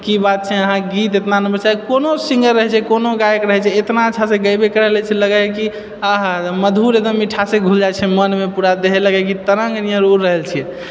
कि की बात छै अहाँकेँ गीत इतना नम्हर छै या कोनो सिङ्गर रहैत छेै कोनो गायक रहैत छेै इतना अच्छासँ गएबे करलै लगैत छेै कि आहा मधुर एकदम मिठासे घुलि जाइत छेै मनमे पूरा देह लगए कि तरङ्गमे उड़ि रहल छिए